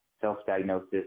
self-diagnosis